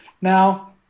Now